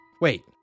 Wait